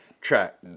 track